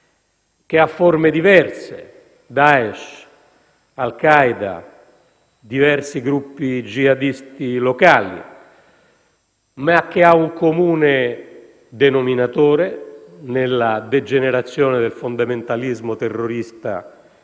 che ha forme diverse, Daesh, Al-Qaeda, diversi gruppi jihadisti locali, ma che ha un comune denominatore nella degenerazione del fondamentalismo terrorista di